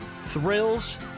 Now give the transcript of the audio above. Thrills